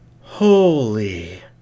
Holy